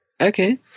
Okay